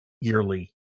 yearly